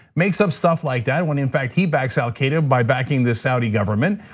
makes up stuff like that when, in fact, he backs al qaeda by backing the saudi government.